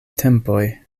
tempoj